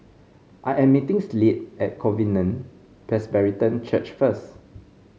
I am meeting Slade at Covenant Presbyterian Church first